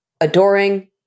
adoring